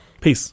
peace